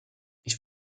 ich